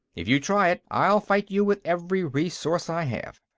if you try it, i'll fight you with every resource i have.